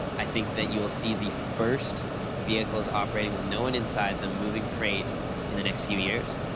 i think that you will see the first vehicles operating with no one inside them moving freight in the next few years,